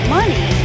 money